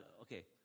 okay